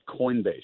coinbase